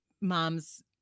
mom's